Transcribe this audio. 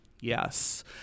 yes